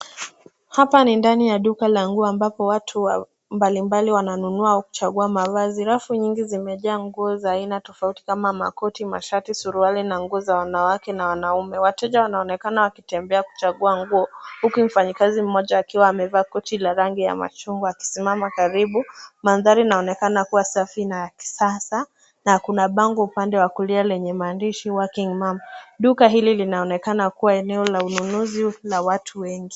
Hapa ni ndani ya duka la nguo ambapo watu mbalimbali wananunua au kuchagua mavazi. Rafu nyingi zimejaa nguo za aina tofauti kama makoti, mashati, suruali na nguo za wanawake na wanaume. Wateja wanaonekana wakitembea kuchagua nguo huku mfanyakazi mmoja akiwa amevaa koti la rangi ya machungwa akisimama karibu. Mandhari inaonekana kuwa safi na ya kisasa na kuna bango upande wa kulia lenye maandishi working mum . Duka hili linaonekana kuwa eneo la ununuzi la watu wengi.